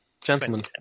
gentlemen